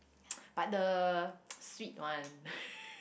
but the sweet one